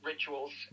rituals